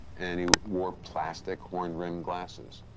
and he wore plastic horn-rimmed glasses.